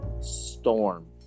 storm